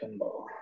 pinball